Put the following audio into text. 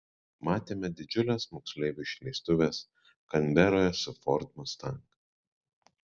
matėme didžiules moksleivių išleistuves kanberoje su ford mustang